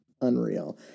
unreal